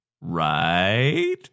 Right